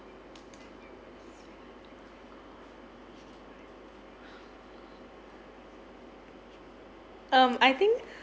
um I think